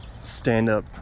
stand-up